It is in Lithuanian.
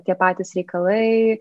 tie patys reikalai